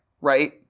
right